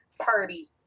party